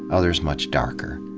others much darker.